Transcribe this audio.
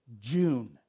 June